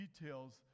details